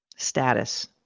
status